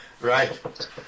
right